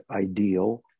ideal